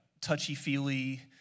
touchy-feely